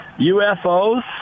UFOs